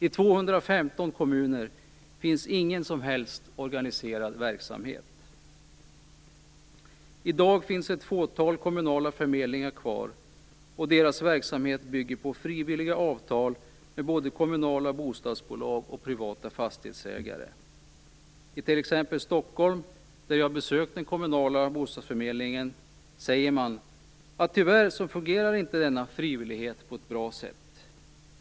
I 215 kommuner finns ingen som helst organiserad verksamhet. I dag finns ett fåtal kommunala förmedlingar kvar, och deras verksamhet bygger på frivilliga avtal med både kommunala bostadsbolag och privata fastighetsägare. I t.ex. Stockholm, där jag besökt den kommunala bostadsförmedlingen, säger man att denna frivillighet tyvärr inte fungerar på ett bra sätt.